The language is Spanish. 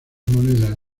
monedas